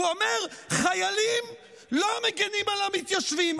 הוא אומר שחיילים לא מגינים על המתיישבים.